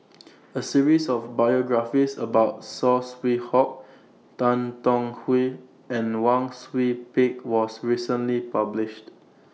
A series of biographies about Saw Swee Hock Tan Tong Hye and Wang Sui Pick was recently published